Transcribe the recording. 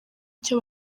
icyo